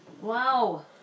Wow